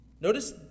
Notice